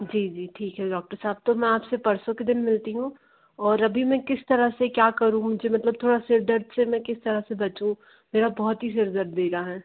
जी जी ठीक है डॉक्टर साहब तो मैं आप से परसों के दिन मिलती हूँ और अभी मैं किस तरह से क्या करूँ मुझे मतलब थोड़ा सिर दर्द से मैं किस तरह से बचूँ मेरा बहुत ही सिर दर्द दे रहा है